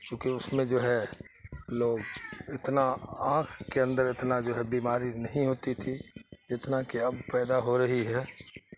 چونکہ اس میں جو ہے لوگ اتنا آنکھ کے اندر اتنا جو ہے بیماری نہیں ہوتی تھی جتنا کہ اب پیدا ہو رہی ہے